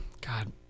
God